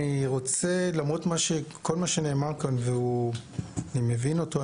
רוצה למרות כל מה שנאמר כאן והוא אני מבין אותו,